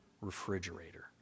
refrigerator